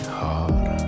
hard